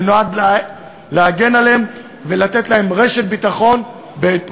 ונועד להגן עליהם ולתת להם רשת ביטחון בעת פרישה.